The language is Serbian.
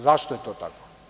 Zašto je to tako?